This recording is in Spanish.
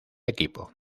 equipo